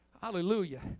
Hallelujah